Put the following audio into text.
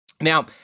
Now